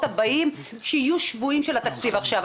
הבאים שיהיו שבויים של התקציב עכשיו.